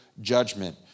judgment